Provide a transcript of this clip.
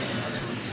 גברתי השרה,